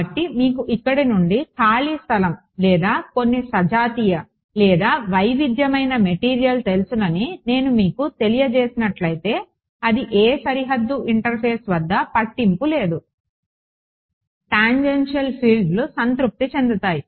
కాబట్టి మీకు ఇక్కడి నుండి ఖాళీ స్థలం లేదా కొన్ని సజాతీయ లేదా వైవిధ్యమైన మెటీరియల్ తెలుసునని నేను మనకు తెలియజేసినట్లయితే అది ఏ సరిహద్దు ఇంటర్ఫేస్ వద్ద పట్టింపు లేదు టాంజెన్షియల్ ఫీల్డ్లు సంతృప్తి చెందాయి